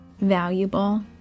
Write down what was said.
valuable